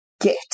get